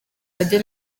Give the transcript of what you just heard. radio